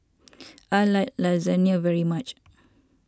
I like Lasagne very much